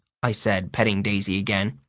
i said, petting daisy again.